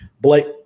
Blake